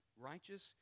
righteous